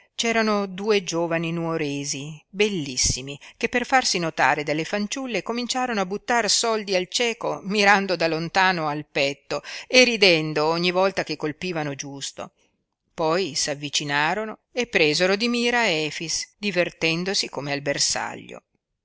c'erano due giovani nuoresi bellissimi che per farsi notare dalle fanciulle cominciarono a buttar soldi al cieco mirando da lontano al petto e ridendo ogni volta che colpivano giusto poi s'avvicinarono e presero di mira efix divertendosi come al bersaglio